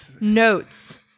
notes